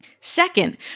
Second